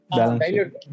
balance